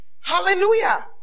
Hallelujah